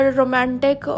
romantic